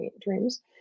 dreams